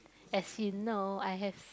as in no I have